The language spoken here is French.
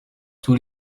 tous